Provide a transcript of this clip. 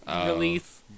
release